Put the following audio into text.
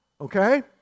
okay